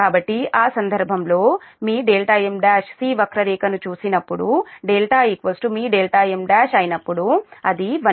కాబట్టి ఆ సందర్భంలో మీ m1 C వక్రరేఖను చూసినప్పుడు δ మీ m1 అయినప్పుడు అది 1